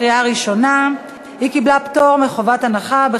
עברה בקריאה ראשונה ותועבר לדיון בוועדת הכלכלה.